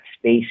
space